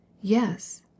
Yes